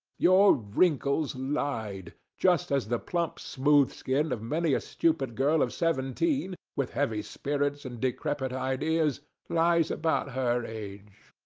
your wrinkles lied, just as the plump smooth skin of many a stupid girl of seventeen, with heavy spirits and decrepit ideas, lies about her age?